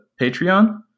Patreon